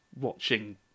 watching